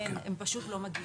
אין, הם פשוט לא מגיעים.